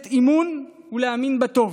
לתת אמון ולהאמין בטוב,